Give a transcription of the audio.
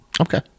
Okay